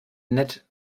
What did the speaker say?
nett